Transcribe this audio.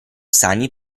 sani